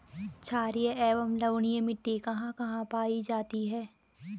छारीय एवं लवणीय मिट्टी कहां कहां पायी जाती है?